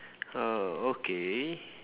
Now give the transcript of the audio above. oh okay